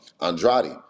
Andrade